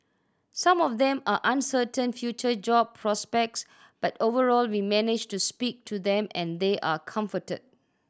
some of them are uncertain future job prospects but overall we managed to speak to them and they are comforted